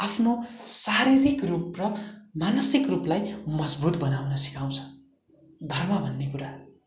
आफ्नो शारीरिक रुप र मानसिक रुपलाई मजबुत बनाउन सिकाउँछ धर्म भन्ने कुरा